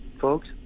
Folks